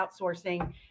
outsourcing